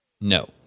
No